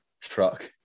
truck